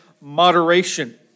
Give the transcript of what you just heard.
moderation